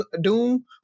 Doom